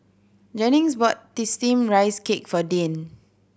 Jennings bought Steamed Rice Cake for Dane